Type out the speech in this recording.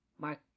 Mark